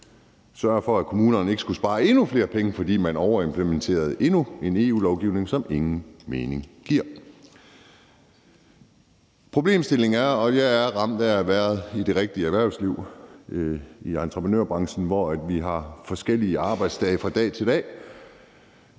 sørge for, at kommunerne ikke skulle spare endnu flere penge, fordi man overimplementerede endnu en EU-lovgivning, som ingen mening giver. Problemstillingen er: Jeg er ramt af at have været i det rigtige erhvervsliv i entreprenørbranchen, hvor vi har forskellige arbejdsdage fra dag til dag,